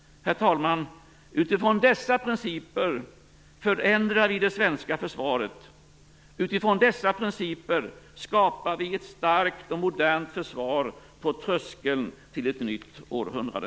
Herr talman! Utifrån dessa principer förändrar vi det svenska försvaret. Utifrån dessa principer skapar vi ett starkt och modernt försvar på tröskeln till ett nytt århundrade.